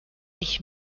ich